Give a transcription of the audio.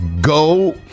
go